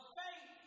faith